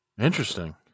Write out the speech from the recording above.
Interesting